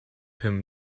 him